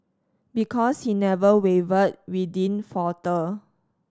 because he never wavered we didn't falter